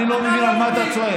אני לא מבין על מה אתה צועק.